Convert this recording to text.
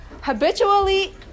habitually